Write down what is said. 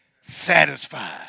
satisfied